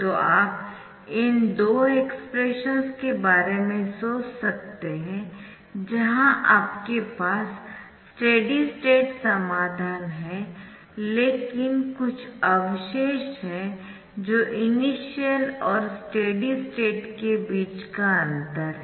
तो आप इन दो एक्सप्रेशंस के बारे में सोच सकते है जहां आपके पास स्टेडी स्टेट समाधान है लेकिन कुछ अवशेष है जो इनिशियल और स्टेडी स्टेट के बीच का अंतर है